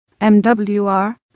MWR